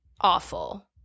awful